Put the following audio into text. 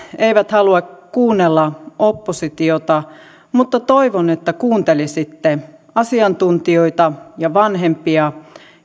eivät halua kuunnella oppositiota mutta toivon että kuuntelisitte asiantuntijoita ja vanhempia